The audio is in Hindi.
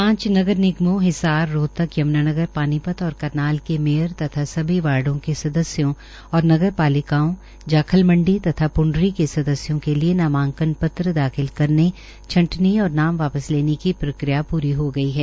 पांच नगर निगमों हिसार रोहतक यम्नानगर पानीपत और करनाल के मेयर तथा सभी वार्डो के सदस्यों और नगरपालिकाओं जाखल मण्डी तथा प्ण्डरी के सदस्यों के लिए नामांकन पत्र दाखिल करने छंटनी और नाम वापस लेने की प्रक्रिया प्री हो गई है